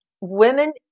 Women